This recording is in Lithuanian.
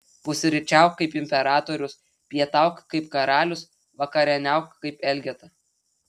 pusryčiauk kaip imperatorius pietauk kaip karalius vakarieniauk kaip elgeta